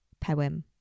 poem